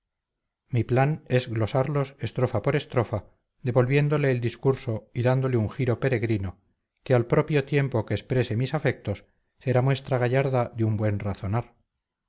mi plan es glosarlos estrofa por estrofa devolviéndole el discurso y dándole un giro peregrino que al propio tiempo que exprese mis afectos sea muestra gallarda de un buen razonar